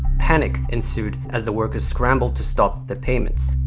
panic ensued as the workers scrambled to stop the payments.